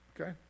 Okay